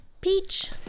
peach